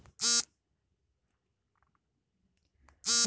home insurance ಗೆ ನಿರ್ದಿಷ್ಟ ಕಾಲಾವಧಿ ಇರುತ್ತೆ